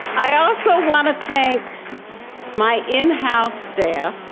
i also want to thank my in house staff.